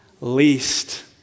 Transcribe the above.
least